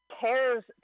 cares